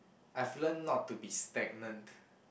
I've learn not to be stagnant